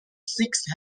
six